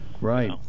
Right